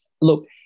Look